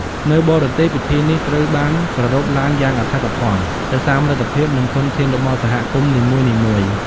នៅបរទេស ពិធីនេះត្រូវបានប្រារព្ធឡើងយ៉ាងអធិកអធម ទៅតាមលទ្ធភាព និងធនធានរបស់សហគមន៍នីមួយៗ។